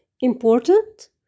important